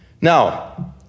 Now